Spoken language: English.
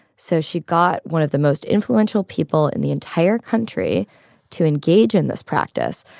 so she got one of the most influential people in the entire country to engage in this practice.